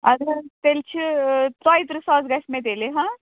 اَدٕ حظ تیٚلہِ چھِ ژۄیہِ تٕرٛہ ساس گژھِ مےٚ تیٚلہِ ہاں